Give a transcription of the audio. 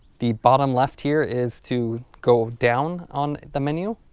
the bottom left here is to go down on the menu.